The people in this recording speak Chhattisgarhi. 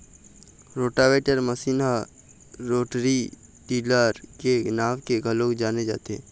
रोटावेटर मसीन ह रोटरी टिलर के नांव ले घलोक जाने जाथे